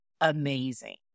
amazing